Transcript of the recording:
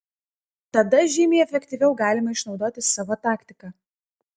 tada žymiai efektyviau galime išnaudoti savo taktiką